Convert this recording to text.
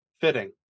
Fitting